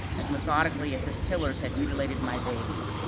as methodically as his killers had mutilated my baby,